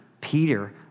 Peter